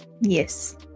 Yes